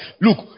Look